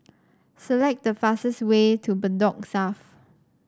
select the fastest way to Bedok South